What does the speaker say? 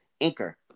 Anchor